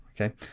Okay